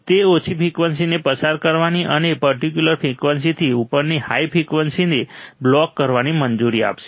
તે ઓછી ફ્રિકવન્સીને પસાર કરવાની અને પર્ટિક્યુલર ફ્રિકવન્સીથી ઉપરની હાઈ ફ્રિકવન્સીને બ્લોક કરવાની મંજૂરી આપશે